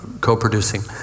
co-producing